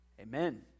Amen